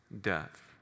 death